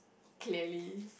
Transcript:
clearly